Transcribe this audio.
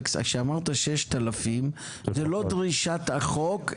כשאמרת 6,000 זו לא דרישת החוק,